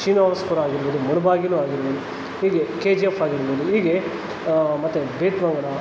ಶ್ರೀನಿವಾಸಪುರ ಆಗಿರ್ಬೋದು ಮುಳುಬಾಗಿಲು ಆಗಿರ್ಬೋದು ಹೀಗೆ ಕೆ ಜಿ ಎಫ್ ಆಗಿರ್ಬೋದು ಹೀಗೆ ಮತ್ತೆ